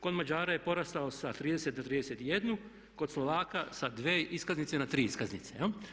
Kod Mađara je porastao sa 30 na 31, kod Slovaka sa 2 iskaznice na 3 iskaznice.